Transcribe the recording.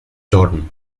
jordan